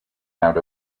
out